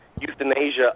euthanasia